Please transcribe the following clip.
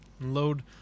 load